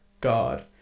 God